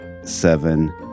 seven